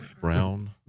Brown